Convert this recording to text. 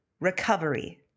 Recovery